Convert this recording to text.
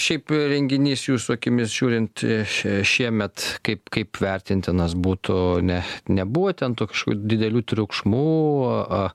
šiaip renginys jūsų akimis žiūrint šiemet kaip kaip vertintinas būtų ne nebuvo ten tokių didelių triukšmų a